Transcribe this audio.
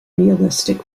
realistic